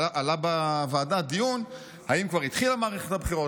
עלה בוועדה דיון: האם כבר התחילה מערכת הבחירות,